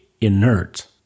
inert